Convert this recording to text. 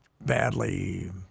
badly